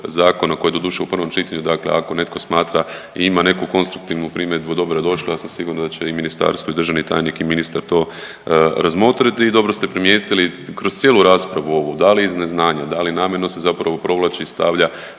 zakona, koji je doduše u prvom čitanju, dakle ako netko smatra i ima neku konstruktivnu primjedbu, dobrodošlo, ja sam siguran da će i Ministarstvo i državni tajnik i ministar to razmotriti i dobro ste primijetili, kroz cijelu raspravu ovu, da li iz neznanja, da li namjerno se zapravo provlači i stavlja